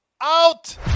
Out